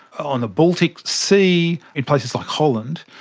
on the baltic sea, in places like holland,